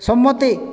সম্মতি